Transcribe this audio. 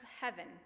heaven